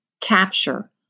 capture